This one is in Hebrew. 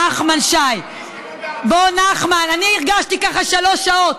נחמן שי, בוא, נחמן, אני הרגשתי ככה שלוש שעות.